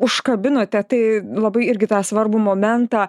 užkabinote tai labai irgi tą svarbų momentą